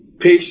peace